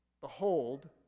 behold